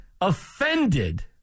offended